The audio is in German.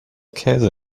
käse